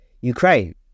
Ukraine